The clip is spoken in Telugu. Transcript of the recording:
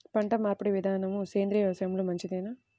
పంటమార్పిడి విధానము సేంద్రియ వ్యవసాయంలో మంచిదేనా?